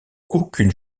aucune